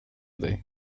dig